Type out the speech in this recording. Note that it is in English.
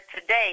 today